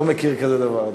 לא מכיר כזה דבר,